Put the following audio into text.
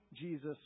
Jesus